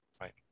Right